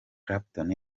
clapton